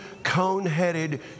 cone-headed